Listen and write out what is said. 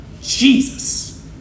Jesus